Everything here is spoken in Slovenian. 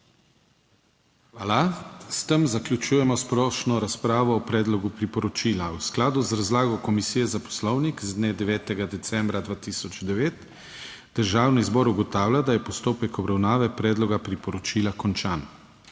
Hvala. S tem zaključujem splošno razpravo o predlogu priporočila. V skladu z razlago Komisije za Poslovnik z dne 9. decembra 2009 Državni zbor ugotavlja, da je postopek obravnave predloga priporočila končan.